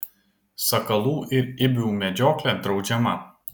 sakalų ir ibių medžioklė draudžiama